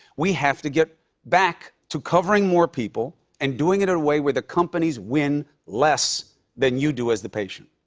we have to get back to covering more people and doing it in a way where the companies win less than you do as the patient.